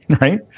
right